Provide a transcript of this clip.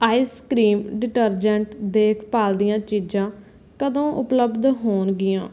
ice cream detergent ਦੇਖ ਭਾਲ ਦੀਆਂ ਚੀਜ਼ਾਂ ਕਦੋਂ ਉਪਲੱਬਧ ਹੋਣਗੀਆਂ